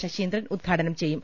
ശശീന്ദ്രൻ ഉദ്ഘാടനം ച്ചെയ്യും